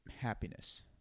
happiness